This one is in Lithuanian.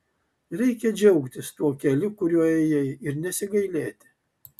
reikia džiaugtis tuo keliu kuriuo ėjai ir nesigailėti